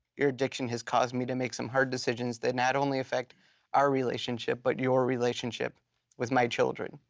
your addiction has caused me to make some hard decisions that not only affect our relationship, but your relationship with my children,